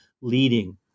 leading